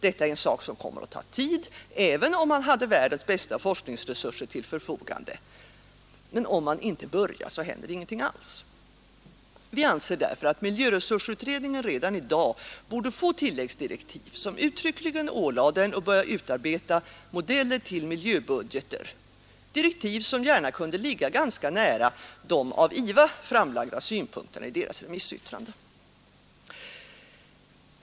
Detta är en sak som kommer att ta tid även om man hade världens bästa forskningsresurser till förfogande. Men om man inte börjar, händer ingenting alls. Vi anser därför att miljöresursutredningen redan i dag borde få tilläggsdirektiv som uttryckligen ålade den att börja utarbeta modeller till miljöbudgeter — direktiv som gärna kunde ligga ganska nära de av IVA framlagda synpunkterna i dess remissyttrande.